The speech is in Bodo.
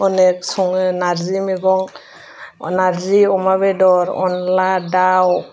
अनेक सङो नारजि मैगं नारजि अमा बेदर अनला दाउ